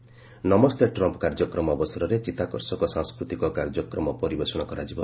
'ନମସ୍ତେ Trump' କାର୍ଯ୍ୟକ୍ରମ ଅବସରରେ ଚିତ୍ତାକର୍ଷକ ସାଂସ୍କୃତିକ କାର୍ଯ୍ୟକ୍ରମ ପରିବେଷଣ କରାଯିବ